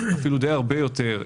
אפילו די הרבה יותר,